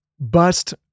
Bust